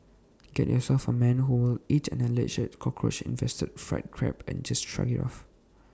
get yourself A man who will eat an Alleged Cockroach infested fried Crab and just shrug IT off